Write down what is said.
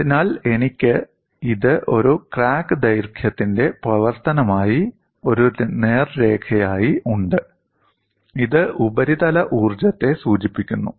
അതിനാൽ എനിക്ക് ഇത് ഒരു ക്രാക്ക് ദൈർഘ്യത്തിന്റെ പ്രവർത്തനമായി ഒരു നേർരേഖയായി ഉണ്ട് ഇത് ഉപരിതല ഊർജ്ജത്തെ സൂചിപ്പിക്കുന്നു